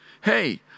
Hey